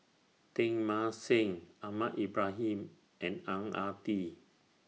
Teng Mah Seng Ahmad Ibrahim and Ang Ah Tee